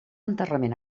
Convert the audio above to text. enterrament